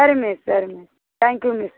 சரி மிஸ் சரி miss thank you miss